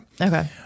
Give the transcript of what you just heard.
Okay